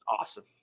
Awesome